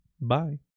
Bye